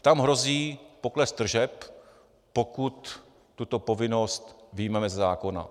Tam hrozí pokles tržeb, pokud tuto povinnost vyjmeme ze zákona.